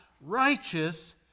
righteous